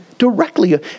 Directly